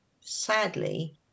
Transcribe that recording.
sadly